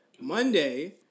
Monday